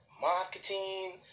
marketing